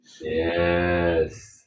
Yes